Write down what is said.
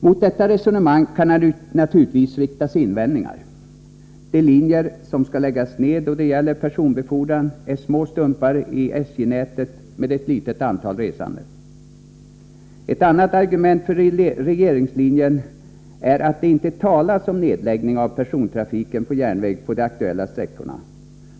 Mot detta resonemang kan naturligtvis riktas invändningar. De linjer som skall läggas ned då det gäller personbefordran är små stumpar i SJ-nätet med ett litet antal resande. Ett annat argument för regeringslinjen är att det inte talas om nedläggning av persontrafiken på järnväg på de aktuella sträckorna.